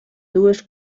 dues